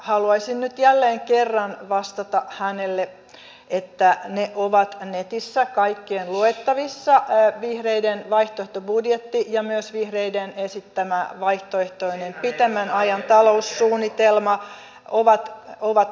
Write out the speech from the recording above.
haluaisin nyt jälleen kerran vastata hänelle että ne ovat netissä kaikkien luettavissa vihreiden vaihtoehtobudjetti ja myös vihreiden esittämä vaihtoehtoinen pitemmän ajan taloussuunnitelma ovat netissä